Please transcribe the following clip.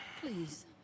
please